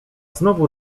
znowu